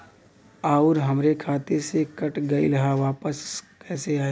आऊर हमरे खाते से कट गैल ह वापस कैसे आई?